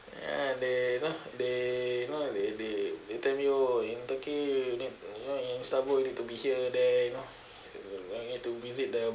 ya they you know they you know they they they tell me oh in turkey you need you know in istanbul you need to be here there you know you need to visit the